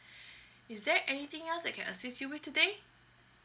is there anything else I can assist you with today